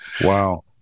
Wow